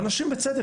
ואנשים בצדק